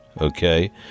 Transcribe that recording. okay